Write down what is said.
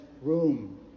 room